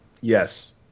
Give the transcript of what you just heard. yes